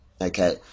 Okay